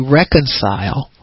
reconcile